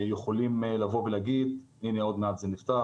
יכולים להגיד: הנה עוד מעט זה נפתר,